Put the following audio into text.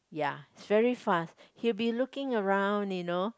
ya he's very fast he'll be looking around you know